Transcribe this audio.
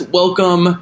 welcome